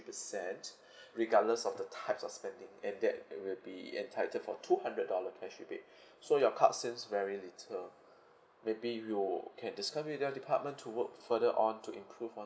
percent regardless of the types of spending and that uh I will be entitled for two hundred dollar cash rebate so your card seems very little maybe you can discuss with your department to work further on to improve on